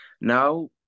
now